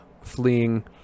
fleeing